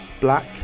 black